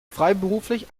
freiberuflich